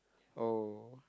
oh